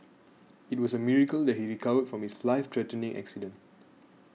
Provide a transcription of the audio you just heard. it was a miracle that he recovered from his life threatening accident